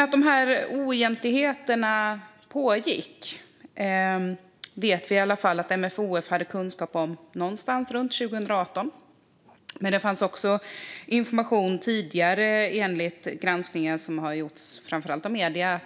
Att oegentligheterna pågick fick MFoF kunskap om någonstans runt 2018 - men det fanns också information om detta i Sverige tidigare, enligt granskningen som gjorts framför allt av medier.